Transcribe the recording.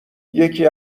یکی